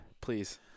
please